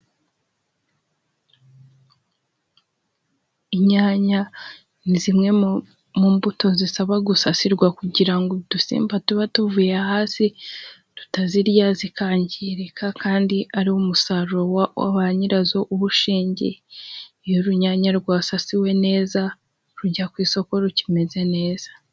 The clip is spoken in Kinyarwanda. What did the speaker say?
Inyanya ni zimwe mu mbuto zisaba gusasirwa kugira ngo udusimba tuba tuvuye hasi tutazirya zikangirika kandi ariho umusaruro wa banyirazo ariho uba ushingiye. Iyo urunyanya rwasasiwe neza rujya ku isoko rukimeze neza.